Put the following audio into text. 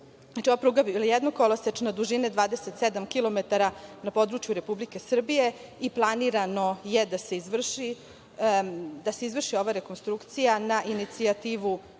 Ova pruga je trenutno jednokolosečna dužine 27 kilometara na području Republike Srbije i planirano je da se izvrši ova rekonstrukcija na inicijativu